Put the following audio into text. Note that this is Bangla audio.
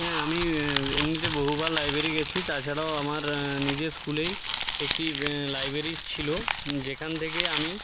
হ্যাঁ আমি এমনিতে বহুবার লাইব্ৰেরি গেছি তাছাড়াও আমার নিজের স্কুলেই একটি একটি লাইব্ৰেরি ছিলো যেখান থেকে আমি